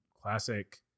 Classic